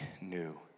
new